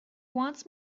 wants